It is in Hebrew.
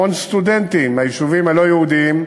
המון סטודנטים מהיישובים הלא-יהודיים,